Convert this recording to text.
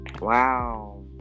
Wow